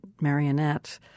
marionette